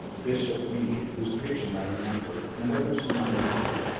bishop meade, whose preaching i remember, and others whom i knew,